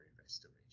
restoration